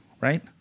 right